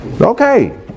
Okay